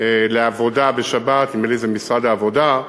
לעבודה בשבת, נדמה לי שזה משרד העבודה,